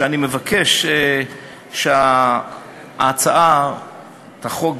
הוא שאני מבקש שהצעת החוק,